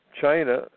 china